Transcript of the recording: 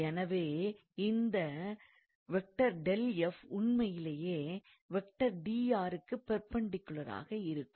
எனவே இந்த உண்மையிலேயே க்குச் பெர்பெண்டிக்குலராக இருக்கும்